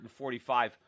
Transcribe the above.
145